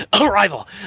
Arrival